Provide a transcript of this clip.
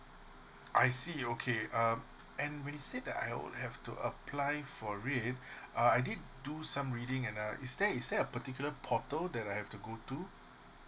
I see okay um and when you said that I would have to apply for it uh I did do some reading and uh is there is there a particular portal that I have to go to